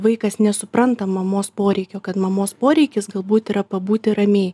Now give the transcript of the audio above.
vaikas nesupranta mamos poreikio kad mamos poreikis galbūt yra pabūti ramiai